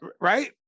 Right